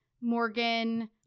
Morgan